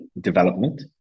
development